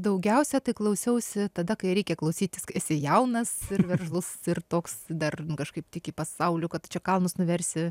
daugiausia tai klausiausi tada kai reikia klausytis kai esi jaunas veržlus ir toks dar kažkaip tiki pasauliu kad čia kalnus nuversi